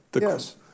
Yes